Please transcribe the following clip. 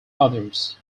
others